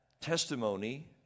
testimony